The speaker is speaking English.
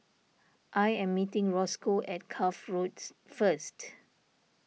I am meeting Rosco at Cuff Roads first